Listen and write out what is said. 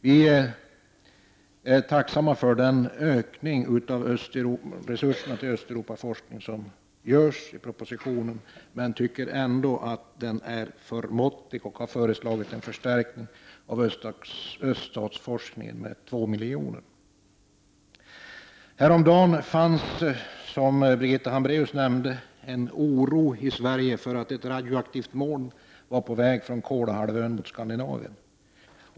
Vi är tacksamma för den ökning av resurserna för Östeuropaforskning som föreslås i propositionen men tycker ändå att den är för måttlig. Vi har föreslagit en förstärkning av medlen för öststatsforskningen med 2 milj.kr. Häromdagen fanns, som Birgitta Hambraeus nämnde, i Sverige en oro för att ett radioaktivt moln var på väg från Kolahalvön mot Skandinavien.